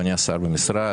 אדוני השר במשרד,